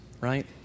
right